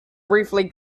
briefly